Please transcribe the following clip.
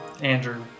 andrew